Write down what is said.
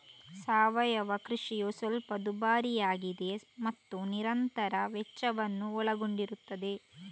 ಸಾವಯವ ಕೃಷಿಯು ಸ್ವಲ್ಪ ದುಬಾರಿಯಾಗಿದೆ ಮತ್ತು ನಿರಂತರ ವೆಚ್ಚವನ್ನು ಒಳಗೊಂಡಿರುತ್ತದೆ